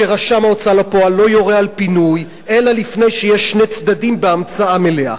שרשם ההוצאה לפועל לא יורה על פינוי לפני שיש שני צדדים בהמצאה מלאה.